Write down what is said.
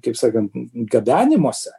kaip sakant gabenimuose